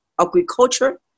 agriculture